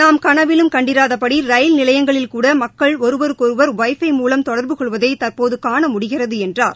நாம் கனவிலும் கண்டிராதபடி ரயில் நிலையங்களில்கூட மக்கள் ஒருவருக்கொருவா் வை பை மூலம் தொடர்பு கொள்வதை தற்போது காண முடிகிறுத என்றார்